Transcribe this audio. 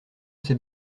c’est